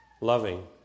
loving